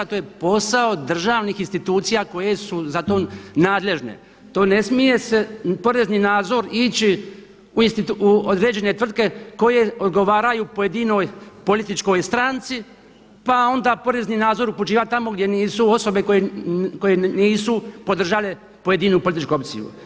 To je posao državnih institucija koje su za to nadležne, to ne smije porezni nadzor ići u određen tvrtke koje odgovaraju pojedinoj političkoj stranci pa onda porezni nadzor upućivat tamo gdje nisu osobe koje nisu podržale pojedinu političku opciju.